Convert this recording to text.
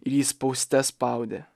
ir jį spauste spaudė